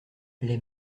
les